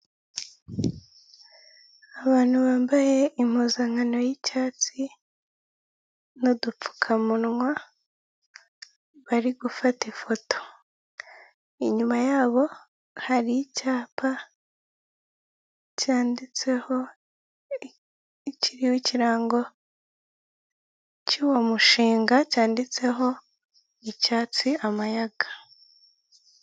Repubulika y'u Rwanda komisiyo y'igihugu ishinzwe abakozi ba leta, inama nyunguranabitekerezo n'inzego zo mu butegetsi bwite bwa leta, bikorewe i Kigali muri Mata bibiri na makumyabiri na gatatu.